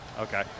Okay